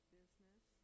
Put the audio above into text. business